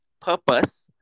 purpose